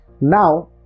now